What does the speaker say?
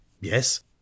Yes